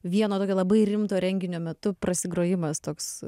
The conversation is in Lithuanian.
vieno tokio labai rimto renginio metu prasigrojimas toks